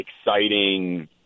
exciting